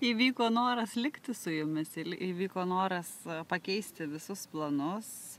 įvyko noras likti su jumis ir įvyko noras pakeisti visus planus